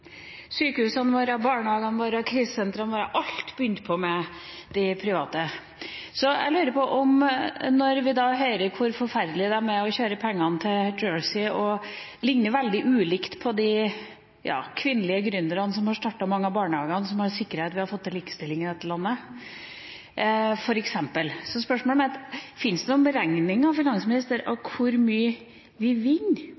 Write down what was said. Sykehusene våre, barnehagene våre, krisesentrene våre – alt begynte med de private. Jeg lurer på når vi hører hvor forferdelige de er – kjører pengene til Jersey og ligner veldig lite på de kvinnelige gründerne som har startet mange av barnehagene, som har sikret at vi har fått til likestilling i dette landet, f.eks.: Finnes det noen beregninger, finansminister, av hvor mye vi vinner